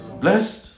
Blessed